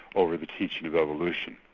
over the teaching of evolution.